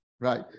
Right